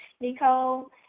Nicole